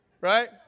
Right